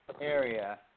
area